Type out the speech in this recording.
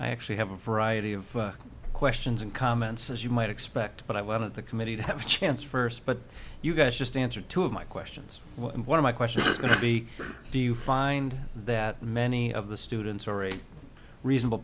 i actually have a variety of questions and comments as you might expect but i want the committee to have a chance first but you guys just answered two of my questions one of my question is going to be do you find that many of the students or a reasonable